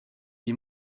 die